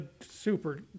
super